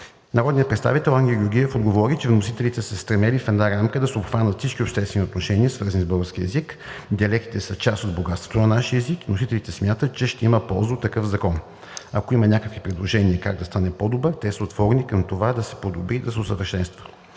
Народният представител Ангел Георгиев отговори, че вносителите са се стремили в една рамка да се обхванат всички обществени отношения, свързани с българския език. Диалектите са част от богатството на нашия език. Вносителите смятат, че ще има полза от такъв закон. Ако има някакви предложения как да стане по-добър, те са отворени към това да се подобри, да се усъвършенства.